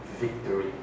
victory